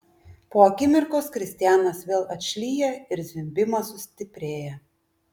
po akimirkos kristianas vėl atšlyja ir zvimbimas sustiprėja